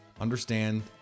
understand